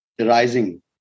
rising